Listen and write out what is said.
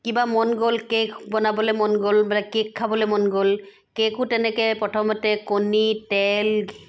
কিবা মন গ'ল কেক বনাবলৈ মন গ'ল বোলে কেক খাবলৈ মন গ'ল কেকো তেনেকৈ প্ৰথমতে কণী তেল